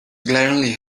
glaringly